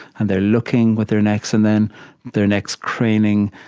and they're looking with their necks, and then their necks, craning.